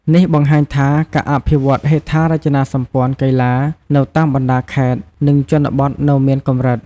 នេះបង្ហាញថា ការអភិវឌ្ឍន៍ហេដ្ឋារចនាសម្ព័ន្ធកីឡានៅតាមបណ្ដាខេត្ត និងជនបទនៅមានកម្រិត។